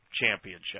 Championship